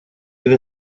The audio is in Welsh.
fydd